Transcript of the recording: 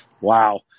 Wow